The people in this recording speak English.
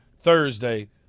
Thursday